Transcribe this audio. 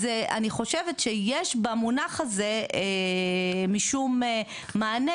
אז אני חושבת שיש במונח הזה משום מענה,